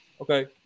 Okay